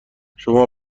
شما